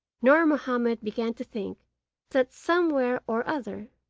nur mahomed began to think that, somewhere or other,